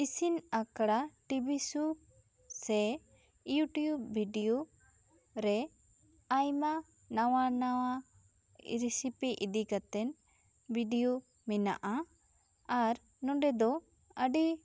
ᱤᱥᱤᱱ ᱟᱠᱷᱲᱟ TV show ᱥᱮ ᱭᱩᱴᱤᱭᱩᱵᱽ ᱵᱤᱰᱤᱭᱳ ᱨᱮ ᱟᱭᱢᱟ ᱱᱟᱣᱟ ᱱᱟᱣᱟ ᱨᱮᱥᱤᱯᱤ ᱤᱫᱤ ᱠᱟᱛᱮᱜ ᱵᱤᱰᱤᱭᱳ ᱢᱮᱱᱟᱜ ᱟ ᱟᱨ ᱱᱚᱸᱰᱮ ᱫᱚ ᱟᱹᱰᱤ